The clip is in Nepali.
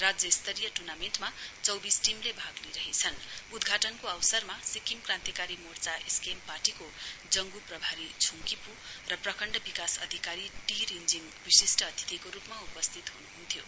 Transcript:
राज्य स्तरीय ट्र्नामेण्टमा चौविस टीमले भाग लिइरहेछन उद्घाटनको आवसरमा सिक्किम क्रान्तिकारी मोर्चा एसकेएम पार्टीको जंगि प्रभारी छ्ङ किप् र प्रखण्ड विकास अधिकारी टी रिञ्जिङ विश्षिट अनिथिको रूपमा उपस्थित हुनुहुन्थ्यो